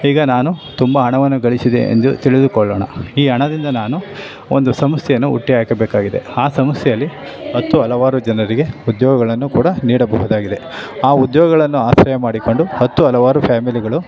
ಈಗ ನಾನು ತುಂಬ ಹಣವನ್ನು ಗಳಿಸಿದೆ ಎಂದು ತಿಳಿದುಕೊಳ್ಳೋಣ ಈ ಹಣದಿಂದ ನಾನು ಒಂದು ಸಂಸ್ಥೆನ ಹುಟ್ಟು ಹಾಕಬೇಕಾಗಿದೆ ಆ ಸಂಸ್ಥೆಯಲ್ಲಿ ಹತ್ತು ಹಲವಾರು ಜನರಿಗೆ ಉದ್ಯೋಗಗಳನ್ನು ಕೂಡ ನೀಡಬಹುದಾಗಿದೆ ಆ ಉದ್ಯೋಗಗಳನ್ನು ಆಸರೆ ಮಾಡಿಕೊಂಡು ಹತ್ತು ಹಲವಾರು ಫ್ಯಾಮಿಲಿಗಳು